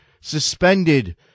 suspended